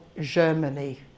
Germany